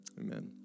Amen